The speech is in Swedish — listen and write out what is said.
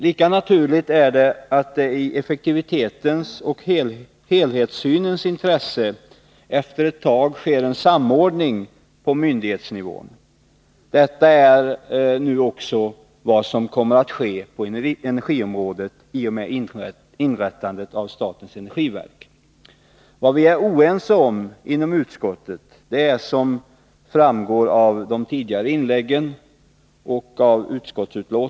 Lika naturligt är det att det i effektivitetens och helhetssynens intresse efter ett tag sker en samordning på myndighetsnivå. Det är också vad som nu kommer att ske på energiområdet i och med inrättandet av statens energiverk. Vad vi är oense om inom utskottet framgår av utskottsbetänkandet, och det har också framgått av de tidigare inläggen här i kammaren.